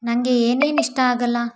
ನನಗೆ ಏನೇನು ಇಷ್ಟ ಆಗೋಲ್ಲ